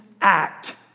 act